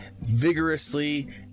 vigorously